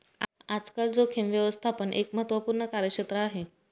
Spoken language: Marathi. आजकाल जोखीम व्यवस्थापन एक महत्त्वपूर्ण कार्यक्षेत्र आहे